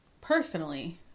personally